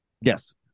Yes